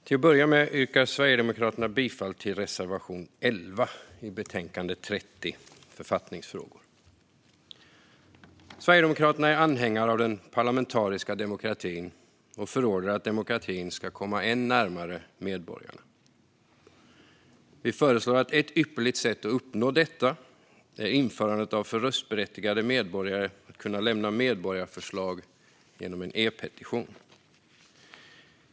Herr talman! Jag vill börja med att yrka bifall till reservation 11. Sverigedemokraterna är anhängare av den parlamentariska demokratin och förordar att demokratin ska komma än närmare medborgarna. Ett ypperligt sätt att uppnå detta är att införa en möjlighet för röstberättigade medborgare att kunna lämna medborgarförslag genom e-petition.